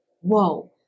Whoa